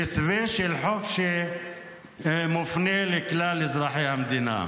במסווה של חוק שמופנה לכלל אזרחי המדינה.